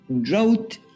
drought